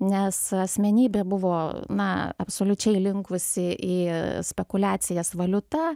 nes asmenybė buvo na absoliučiai linkusi į spekuliacijas valiuta